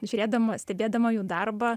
žiūrėdama stebėdama jų darbą